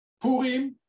Purim